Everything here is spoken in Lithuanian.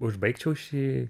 užbaigčiau šį